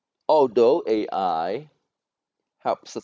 although A_I helps us